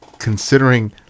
considering